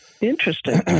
Interesting